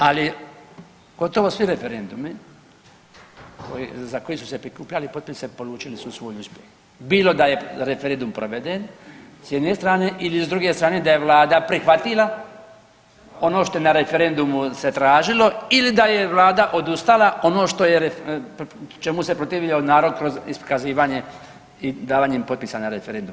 Ali gotovo svi referendumu za koji su se prikupljali potpisi polučili su svoj uspjeh bilo da je referendum proveden s jedne strane ili s druge strane da je Vlada prihvatila ono što je na referendumu se tražilo ili da je Vlada odustala ono čemu se protivio narod kroz iskazivanje i davanjem potpisa na referendumu.